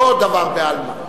מלאה 220. זה לא דבר בעלמא.